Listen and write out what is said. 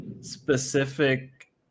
specific